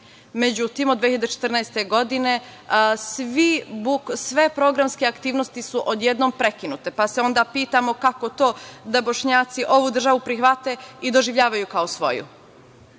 Međutim, od 2014. godine sve programske aktivnosti su odjednom prekinute, pa se onda pitamo – kako to da Bošnjaci ovu državu prihvate i doživljavaju kao